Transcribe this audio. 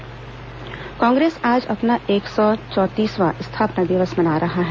कांग्रेस स्थापना दिवस कांग्रेस आज अपना एक सौ चौंतीसवां स्थापना दिवस मना रहा है